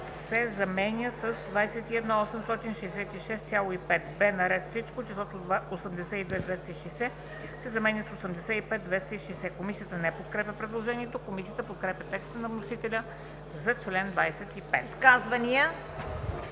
се заменя с „21 866,5“. б) на ред Всичко числото „82 260,0“ се заменя с „85 260,0“.“ Комисията не подкрепя предложението. Комисията подкрепя текста на вносителя за чл. 25. ПРЕДСЕДАТЕЛ